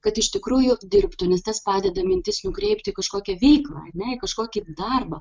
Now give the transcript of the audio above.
kad iš tikrųjų dirbtų nes tas padeda mintis nukreipti į kažkokią veiklą ar ne į kažkokį darbą